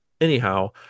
anyhow